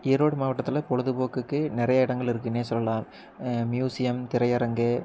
ஈரோடு மாவட்டத்தில் பொழுது போக்குக்கு நிறைய இடங்கள் இருக்குனே சொல்லலாம் மியூசியம் திரையரங்கு